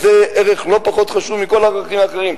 זה ערך לא פחות חשוב מכל הערכים האחרים.